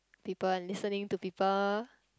people and listening to people